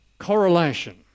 Correlation